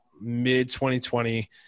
mid-2020